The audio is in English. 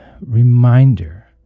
Reminder